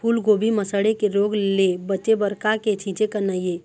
फूलगोभी म सड़े के रोग ले बचे बर का के छींचे करना ये?